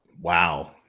wow